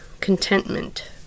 contentment